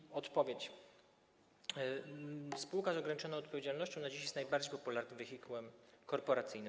I odpowiedź - spółka z ograniczoną odpowiedzialnością na dziś jest najbardziej popularnym wehikułem korporacyjnym.